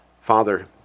father